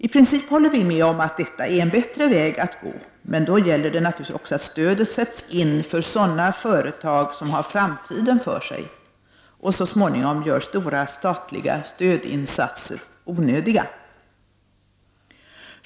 I princip håller vi med om att detta är en bättre väg att gå, men då gäller det naturligtvis också att stödet sätts in för sådana företag som har framtiden för sig och som så småningom gör stora statliga stödinsatser onödiga.